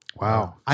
Wow